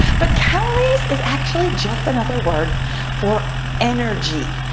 but calories is actually just another word for energy.